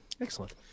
Excellent